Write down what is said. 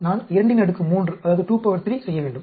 நான் 23 செய்ய வேண்டும்